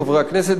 חברי הכנסת,